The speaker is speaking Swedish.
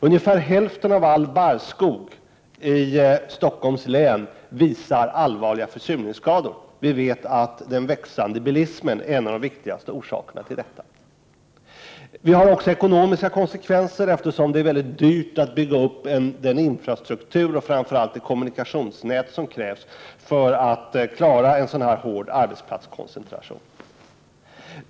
Ungefär hälften av all barrskog i Stockholms län visar allvarliga försurningsskador. Vi vet att den växande bilismen är en av de viktigaste orsakerna till detta. Detta har också ekonomiska konsekvenser, eftersom det är dyrt att bygga upp den infrastruktur och framför allt det kommunikationsnät som krävs för att klara en så här hård arbetsplatskoncentration.